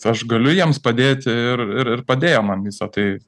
aš galiu jiems padėti ir ir padėjo man visą tai